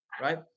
right